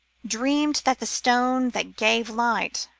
dreamed that the stone that gave light,